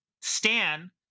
Stan